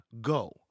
go